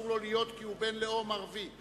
אסור לו להיות כי הוא בן לאום ערבי,